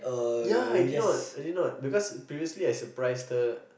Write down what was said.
ya I did not I did not because previously I surprised her